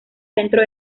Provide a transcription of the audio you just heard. centro